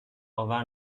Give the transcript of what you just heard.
آور